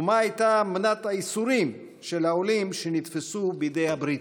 ומה הייתה מנת הייסורים של העולים שנתפסו בידי הבריטים,